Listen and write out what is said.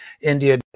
India